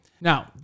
Now